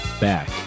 back